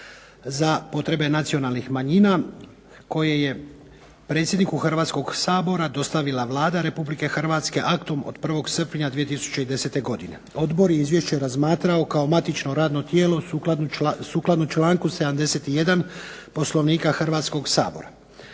za potrebe nacionalnih manjina koje je predsjedniku Hrvatskog sabora dostavila Vlada Republike Hrvatske aktom od 1. srpnja 2010. godine. Odbor je izvješće razmatrao kao matično radno tijelo. Sukladno članku 71. POslovnika Hrvatskog sabora.